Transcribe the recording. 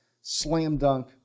slam-dunk